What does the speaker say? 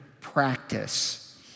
practice